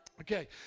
Okay